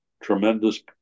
tremendous